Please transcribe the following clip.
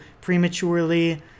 prematurely